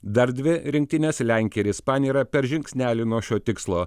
dar dvi rinktinės lenkija ir ispanija yra per žingsnelį nuo šio tikslo